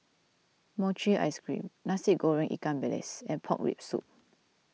Mochi Ice Cream Nasi Goreng Ikan Bilis and Pork Rib Soup